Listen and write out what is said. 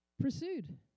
pursued